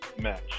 match